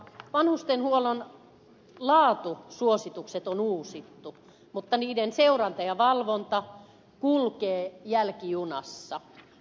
vanhustenhuollon laatusuositukset on uusittu mutta niiden seuranta ja valvonta kulkevat jälkijunassa